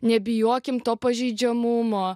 nebijokim to pažeidžiamumo